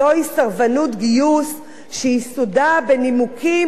זוהי סרבנות גיוס שיסודה בנימוקים